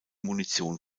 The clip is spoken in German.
munition